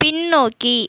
பின்னோக்கி